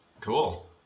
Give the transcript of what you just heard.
Cool